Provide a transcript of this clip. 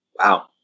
Wow